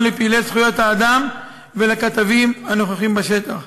לפעילי זכויות האדם ולכתבים הנוכחים בשטח.